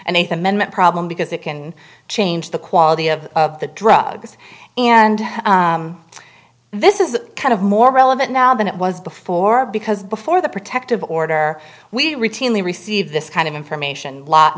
amendment problem because it can change the quality of the drugs and this is kind of more relevant now than it was before because before the protective order we routinely receive this kind of information lot